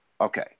Okay